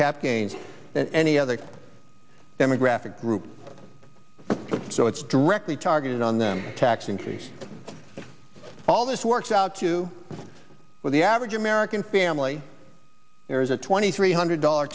cap gains than any other demographic group so it's directly targeted on them tax increases all this works out to with the average american family there is a twenty three hundred dollar